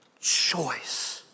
choice